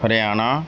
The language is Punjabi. ਹਰਿਆਣਾ